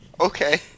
Okay